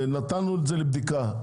נתנו את זה לבדיקה.